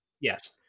Yes